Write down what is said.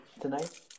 tonight